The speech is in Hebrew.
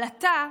אבל אתה,